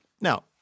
Now